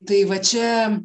tai va čia